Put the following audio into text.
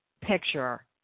picture